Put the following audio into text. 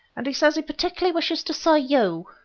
and he says he particularly wishes to see you.